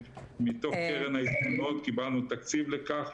מתוך קרן הישיבות קיבלנו תקציב לכך,